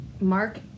Mark